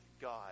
God